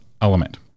element